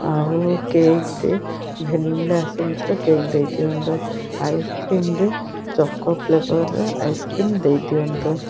ଆଉ କେକ୍ରେ ଭେନିଲା ଏସନ୍ସର କେକ୍ ଦେଇ ଦିଅନ୍ତୁ ଆଇସ୍କ୍ରିମ୍ରେ ଚକୋ ଫ୍ଲେବରର ଆଇସ୍କ୍ରିମ୍ ଦେଇଦିଅନ୍ତୁ